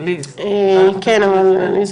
(נושאת דברים בשפה האנגלית, להלן תרגום